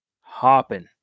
hopping